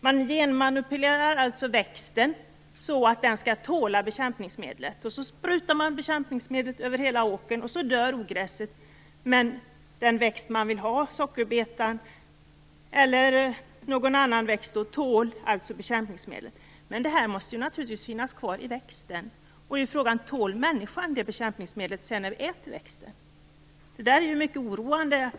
Man genmanipulerar alltså växten så att den skall tåla bekämpningsmedlet. Så sprutar man bekämpningsmedlet över hela åkern, och så dör ogräset. Men den växt man vill ha, sockerbetan eller någon annan växt, tål alltså bekämpningsmedlet. Men naturligtvis måste det finnas kvar i växten. Då är frågan: Tål människan det bekämpningsmedlet när vi sedan äter växten? Det här är mycket oroande.